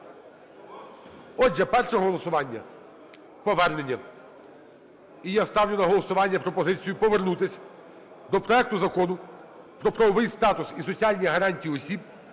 Отже, перше голосування – повернення. І я ставлю на голосування пропозицію повернутись до проекту Закону про правовий статус і соціальні гарантії осіб,